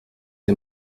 der